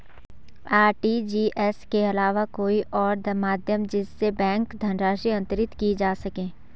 RTGS के अलावा कोई और माध्यम जिससे बैंक धनराशि अंतरित की जा सके?